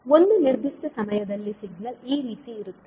ಒಂದು ನಿರ್ದಿಷ್ಟ ಸಮಯದಲ್ಲಿ ಸಿಗ್ನಲ್ ಈ ರೀತಿ ಇರುತ್ತದೆ